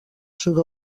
sud